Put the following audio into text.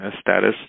status